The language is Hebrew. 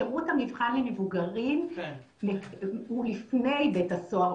שירות המבחן למבוגרים הוא לפני בית הסוהר,